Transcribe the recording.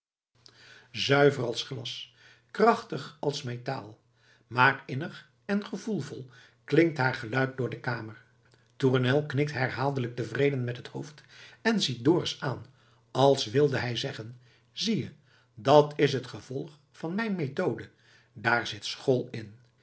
zuiver als glas krachtig als metaal maar innig en gevoelvol klinkt haar geluid door de kamer tournel knikt herhaaldelijk tevreden met het hoofd en ziet dorus aan als wilde hij zeggen zie je dat is t gevolg van mijn methode daar zit school in